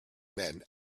men